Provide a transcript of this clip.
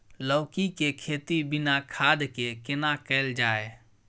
लौकी के खेती बिना खाद के केना कैल जाय?